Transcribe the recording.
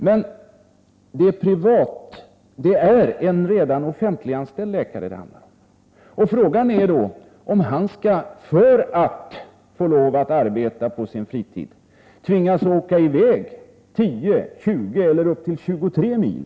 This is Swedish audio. Men det är en redan offentliganställd läkare det handlar om. Och frågan är då om han, för att få lov att arbeta på sin fritid, skall tvingas åka i väg 10, 20 mil eller ännu längre sträckor för att fritidsarbeta.